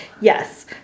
Yes